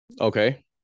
Okay